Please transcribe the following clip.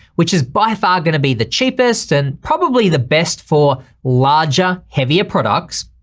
which is by far gonna be the cheapest and probably the best for larger, heavier products.